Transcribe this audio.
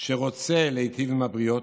שרוצה להיטיב עם הבריות,